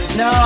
no